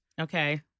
Okay